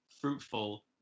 fruitful